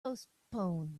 postpone